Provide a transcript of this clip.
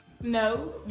No